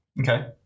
Okay